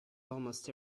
almost